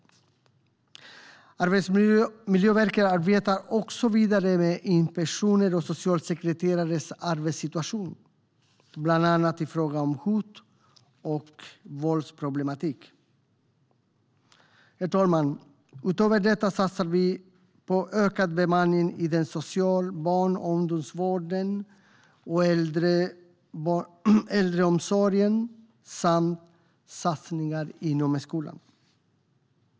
Arbetsmiljöverket arbetar också vidare med inspektioner av socialsekreterares arbetssituation, bland annat i fråga om hot och våldsproblematik. Utöver detta satsar vi på ökad bemanning i den sociala barn och ungdomsvården och äldreomsorgen samt gör satsningar inom skolan.